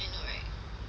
I know right